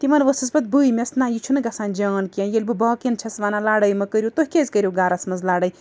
تِمَن ؤژھٕس پَتہٕ بٕے مےٚ نہ یہِ چھُنہٕ گژھان جان کیٚنٛہہ ییٚلہِ بہٕ باقیَن چھَس وَنان لڑٲے مہٕ کٔرِو تُہۍ کیٛازِ کٔرِو گَرَس منٛز لڑٲے